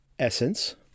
essence